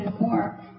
more